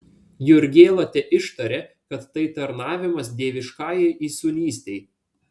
jurgėla teištarė kad tai tarnavimas dieviškajai įsūnystei